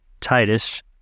Titus